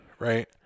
right